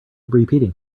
repeating